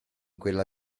quella